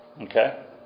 okay